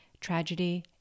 tragedy